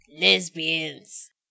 lesbians